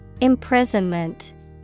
Imprisonment